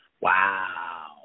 Wow